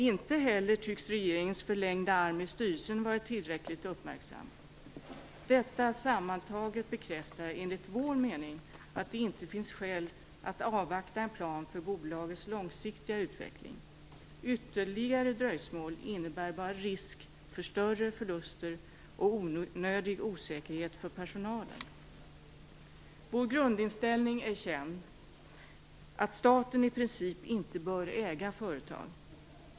Inte heller tycks regeringens förlängda arm i styrelsen ha varit tillräckligt uppmärksam. Sammantaget bekräftar detta, enligt vår mening, att det inte finns skäl att avvakta en plan för bolagets långsiktiga utveckling. Ytterligare dröjsmål innebär bara en risk för större förluster och en onödig osäkerhet för personalen. Vår grundinställning är känd: att staten i princip inte bör äga företag.